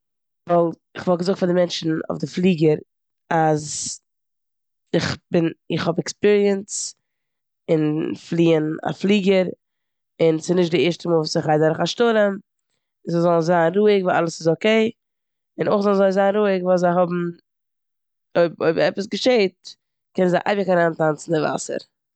וואלט -כ'וואלט געזאגט פאר די מענטשן אויף די פליגער אז איך בין- איך האב עקספיריענס אין פליען א פליגער און ס'נישט די ערשטע מאל וואס איך גיי דורך א שטורעם און זיי זאלן זיין רואיג ווייל אלעס איז אקעי, און אויך זאלן זיי רואיג ווייל זיי האבן- אויב- אויב עפעס געשעט קענען זיי אייביג אריינטאנצן אין וואסער.